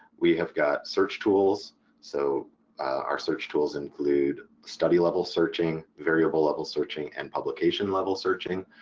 we have got search tools so our search tools include study level searching, variable level searching, and publication level searching.